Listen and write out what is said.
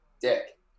dick